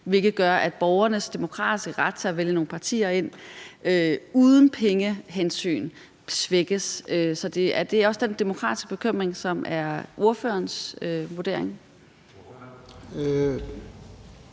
hvilket gør, at borgernes demokratiske ret til at vælge nogle partier ind uden pengehensyn svækkes. Er det også den demokratiske bekymring, ordføreren